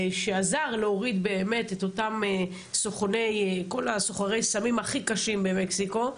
שעזר להוריד באמת את אותם סוחרי סמים הכי קשים במקסיקו,